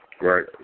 Right